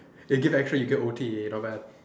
eh give extra you get O_T not bad